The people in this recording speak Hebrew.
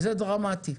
זה דרמטי.